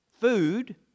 food